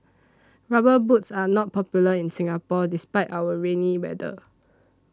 rubber boots are not popular in Singapore despite our rainy weather